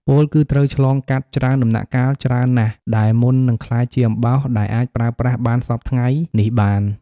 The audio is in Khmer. ពោលគឺត្រូវឆ្លងកាត់ច្រើនដំណាក់កាលច្រើនណាស់ដែរមុននឹងក្លាយជាអំបោសដែលអាចប្រើប្រាស់បានសព្វថ្ងៃនេះបាន។